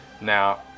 Now